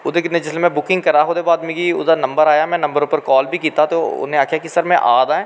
ओह्दे कन्नै जिसलै बुक्किंग करा दा हा ओह्दे कन्नै मिगी नंबर आया में नंबर पर कॉल बी कीता उन्न आक्खेआ कि में आ दा ऐं